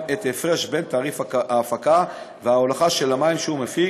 את ההפרש בין תעריף ההפקה וההולכה של המים שהוא מפיק